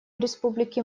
республики